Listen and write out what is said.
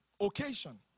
occasion